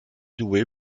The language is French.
douée